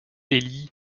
élie